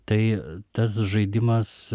tai tas žaidimas